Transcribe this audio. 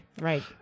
right